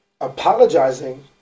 Apologizing